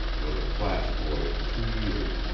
with a class boy of two years,